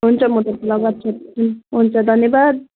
हुन्छ म त्यसो भए वाट्सएप हुन् हुन्छ धन्यवाद